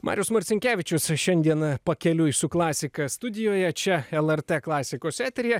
marius marcinkevičius šiandien pakeliui su klasika studijoje čia lrt klasikos eteryje